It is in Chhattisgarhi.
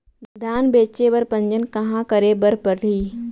धान बेचे बर पंजीयन कहाँ करे बर पड़ही?